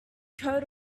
coat